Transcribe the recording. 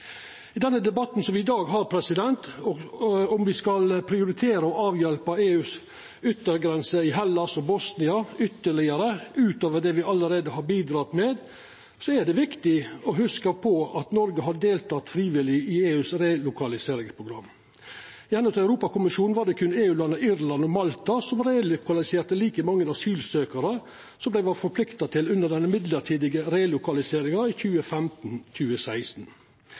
I den debatten me har i dag, om me skal prioritera å avhjelpa yttergrensa til EU i Hellas og Bosnia ytterlegare, utover det me allereie har bidrege med, er det viktig å hugsa på at Noreg har delteke frivillig i relokaliseringsprogrammet til EU. Ifølgje Europakommisjonen var det berre EU-landa Irland og Malta som relokaliserte like mange asylsøkjarar som dei var forplikta til, under den mellombelse relokaliseringsordninga i